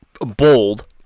bold